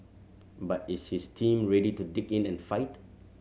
but is his team ready to dig in and fight